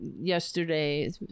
yesterday